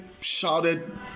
shouted